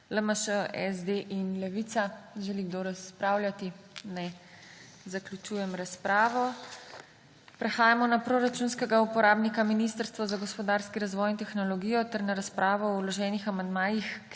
LMŠ, SD in Levica. Želi kdo razpravljati? (Ne.) Zaključujem razpravo. Prehajamo na proračunskega uporabnika Ministrstvo za gospodarski razvoj in tehnologijo ter na razpravo o vloženih amandmajih